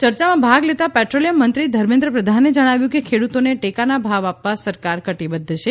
ચર્ચામાં ભાગ લેતાં પેટ્રોલિયમ મંત્રી ધર્મેન્દ્ર પ્રધાને જણાવ્યું કે ખેડુતોને ટેકાના ભાવ આપવા સરકાર કટીબદ્ધ છે